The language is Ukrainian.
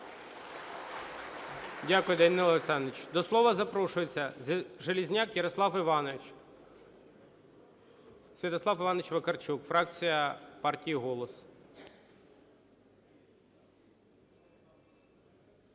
Дякую, Данило Олександрович. До слова запрошується Железняк Ярослав Іванович. Святослав Іванович Вакарчук, фракція партії "Голос".